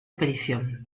aparición